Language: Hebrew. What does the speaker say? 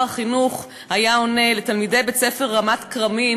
החינוך היה עונה לתלמידי בית-הספר רמת-כרמים,